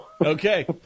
Okay